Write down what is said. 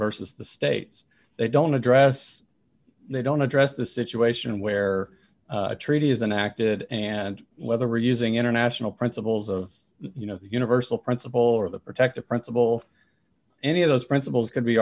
versus the states they don't address they don't address the situation where a treaty is and acted and whether using international principles of you know universal principle or the protective principle any of those principles could be